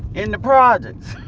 in the projects.